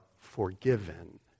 forgiven